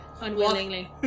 Unwillingly